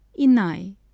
Inai